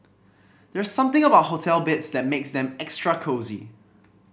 there's something about hotel beds that makes them extra cosy